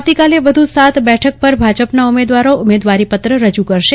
આવતીકાલે વધુ સાત બેઠક પર ભાજપના ઉમેદવારો ઉમેદવારીપત્ર રજૂ કરશે